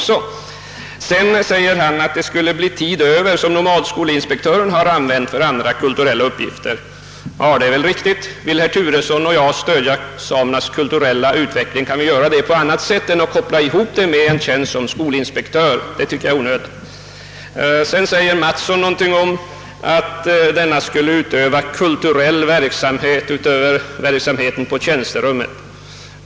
Sedan säger han att det kommer att bli tid över, vilken nomadskolinspektören använder för andra kulturella uppgifter. Ja, det är riktigt. Om herr Turesson och jag vill stödja samernas kulturella utveckling, kan vi göra det på annat sätt än genom att koppla ihop detta med en tjänst som skolinspektör, vilket jag tycker är onödigt. Herr Mattsson säger någonting om att skolinspektören skulle utöva kulturell verksamhet utöver den han utövar på tjänsterummet.